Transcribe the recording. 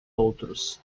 outros